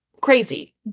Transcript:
Crazy